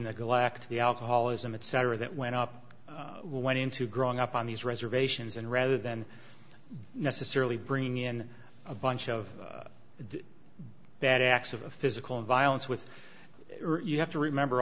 neglect the alcoholism etc that went up went into growing up on these reservations and rather than necessarily bringing in a bunch of bad acts of of physical violence with you have to remember